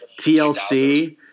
TLC –